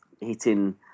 hitting